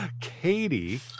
Katie